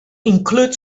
include